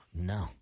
No